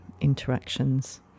interactions